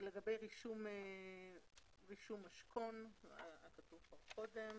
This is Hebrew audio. לגבי רישום משכון, היה כתוב כבר קודם.